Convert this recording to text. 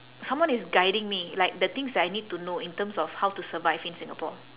someone is guiding me like the things that I need to know in terms of how to survive in singapore